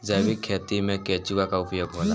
जैविक खेती मे केचुआ का उपयोग होला?